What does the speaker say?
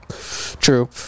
True